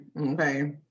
okay